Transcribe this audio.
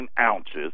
ounces